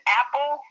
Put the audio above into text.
apple